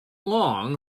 long